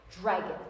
dragon